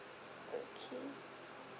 okay